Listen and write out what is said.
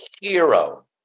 hero